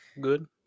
Good